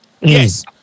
Yes